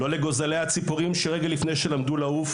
לא לגוזלי הציפורים שרגע לפני שלמדו לעוף